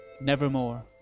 nevermore